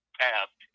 past